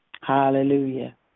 Hallelujah